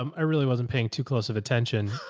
um i really wasn't paying too close of attention.